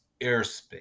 Airspace